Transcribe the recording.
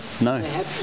No